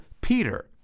Peter